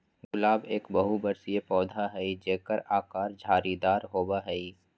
गुलाब एक बहुबर्षीय पौधा हई जेकर आकर झाड़ीदार होबा हई